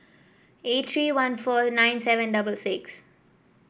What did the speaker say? eight three one four nine seven double six